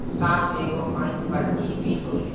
साप एगो अंड परजीवी होले